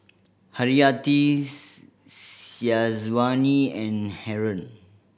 Haryati Syazwani and Haron